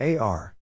AR